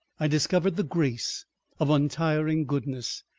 i discovered the grace of untiring goodness,